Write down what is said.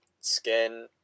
skin